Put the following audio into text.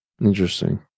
Interesting